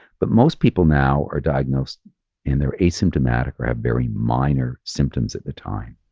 but most people now are diagnosed and they're asymptomatic or have very minor symptoms at the time.